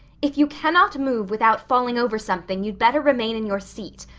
if you cannot move without falling over something you'd better remain in your seat.